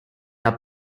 are